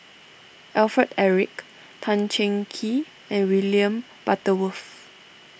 Alfred Eric Tan Cheng Kee and William Butterworth